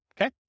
Okay